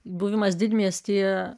buvimas didmiestyje